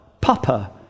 papa